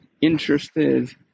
interested